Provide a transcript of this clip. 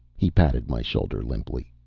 he patted my shoulder limply.